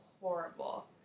horrible